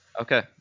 Okay